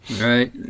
Right